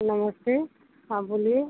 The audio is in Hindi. नमस्ते हाँ बोलिए